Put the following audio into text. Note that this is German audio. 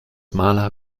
maler